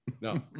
No